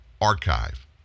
Archive